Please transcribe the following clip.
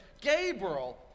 Gabriel